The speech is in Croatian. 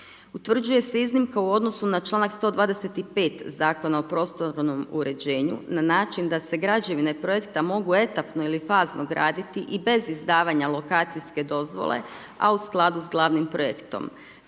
Utvrđuje se iznimka u odnosu na članak 125. Zakona o prostornom uređenju na način da se građevine projekta mogu etapno ili fazno graditi i bez izdavanja lokacijske dozvole, a u skladu s glavnim projektom.